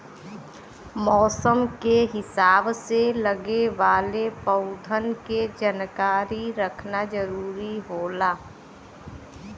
मौसम के हिसाब से लगे वाले पउधन के जानकारी रखना जरुरी होला